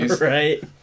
Right